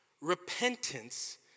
repentance